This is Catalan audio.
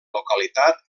localitat